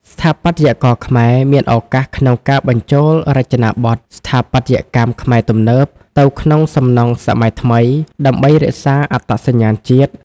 ស្ថាបត្យករខ្មែរមានឱកាសក្នុងការបញ្ចូលរចនាបថ "ស្ថាបត្យកម្មខ្មែរទំនើប" ទៅក្នុងសំណង់សម័យថ្មី ដើម្បីរក្សាអត្តសញ្ញាណជាតិ។